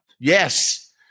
Yes